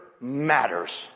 matters